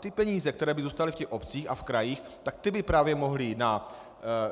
Ty peníze, které by zůstaly v obcích a v krajích, tak ty by právě mohly jít na